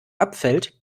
abfällt